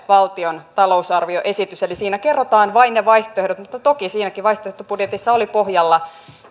valtion talousarvioesitys eli siinä kerrotaan vain ne vaihtoehdot mutta toki siinäkin vaihtoehtobudjetissa oli pohjalla